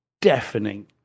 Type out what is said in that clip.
deafening